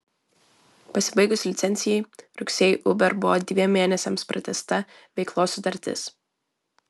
pasibaigus licencijai rugsėjį uber buvo dviem mėnesiams pratęsta veiklos sutartis